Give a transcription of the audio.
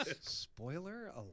Spoiler